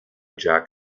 jack